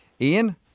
Ian